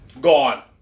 Gone